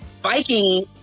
Viking